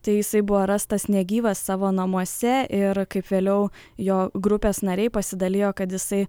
tai jisai buvo rastas negyvas savo namuose ir kaip vėliau jo grupės nariai pasidalijo kad jisai